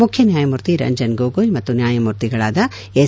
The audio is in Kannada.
ಮುಖ್ಯ ನ್ಕಾಯಮೂರ್ತಿ ರಂಜನ್ ಗೊಗೊಯ್ ಮತ್ತು ನ್ಕಾಯಮೂರ್ತಿಗಳಾದ ಎಸ್